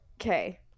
okay